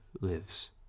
lives